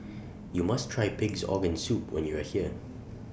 YOU must Try Pig'S Organ Soup when YOU Are here